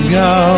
go